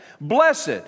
Blessed